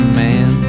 man